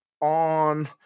on